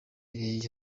eid